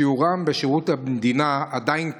שיעורם בשירות המדינה עדיין קטן.